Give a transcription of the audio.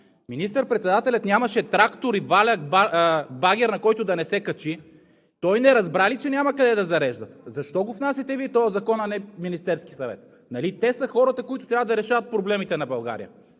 Министър-председателят нямаше трактор, валяк и багер, на който да не се качи – той не разбра ли, че няма къде да зареждат? Защо го внасяте Вие този закон, а не Министерският съвет? Нали те са хората, които трябва да решават проблемите на България?